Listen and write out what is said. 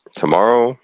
tomorrow